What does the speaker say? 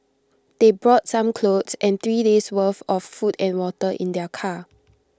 they brought some clothes and three days' worth of food and water in their car